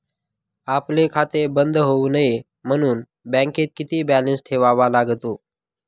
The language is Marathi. आपले खाते बंद होऊ नये म्हणून बँकेत किती बॅलन्स ठेवावा लागतो?